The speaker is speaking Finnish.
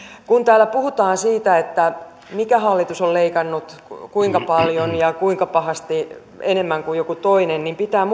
kun täällä puhutaan siitä mikä hallitus on leikannut ja kuinka paljon ja kuinka pahasti enemmän kuin joku toinen niin pitää